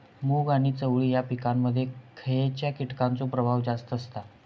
मूग आणि चवळी या पिकांमध्ये खैयच्या कीटकांचो प्रभाव जास्त असता?